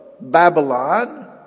Babylon